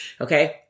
Okay